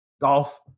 golf